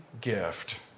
gift